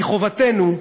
מחובתנו,